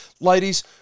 ladies